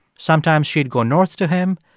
sometimes she'd go north to him.